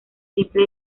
simple